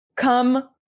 Come